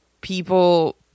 people